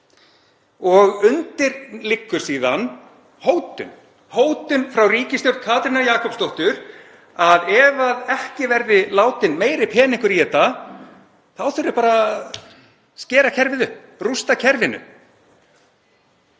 Undir liggur síðan hótun frá ríkisstjórn Katrínar Jakobsdóttur um að ef ekki verði látinn meiri peningur í þetta þá þurfi bara að skera kerfið upp, rústa kerfinu.